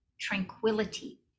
tranquility